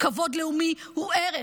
כבוד לאומי הוא ערך,